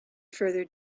further